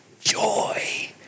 joy